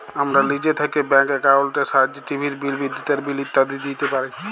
আমরা লিজে থ্যাইকে ব্যাংক একাউল্টের ছাহাইয্যে টিভির বিল, বিদ্যুতের বিল ইত্যাদি দিইতে পারি